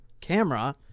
camera